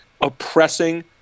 oppressing